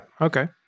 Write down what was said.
okay